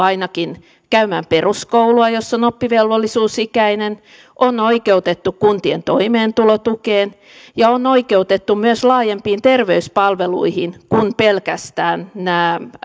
ainakin käymään peruskoulua jos ovat oppivelvollisuusikäisiä ovat oikeutettuja kuntien toimeentulotukeen ja ovat oikeutettuja myös laajempiin terveyspalveluihin kuin pelkästään näihin